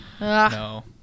No